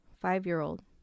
five-year-old